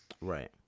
Right